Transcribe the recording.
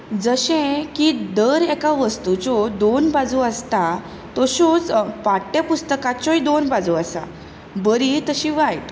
जशें की दर एका वस्तुच्यो दोन बाजू आसता तश्योच पाठ्यपुस्तकाच्योय दोन बाजू आसा बरी तशी वायट